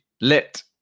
lit